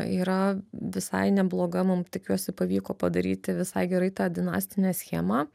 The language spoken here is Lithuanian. yra visai nebloga mum tikiuosi pavyko padaryti visai gerai tą dinastinę schemą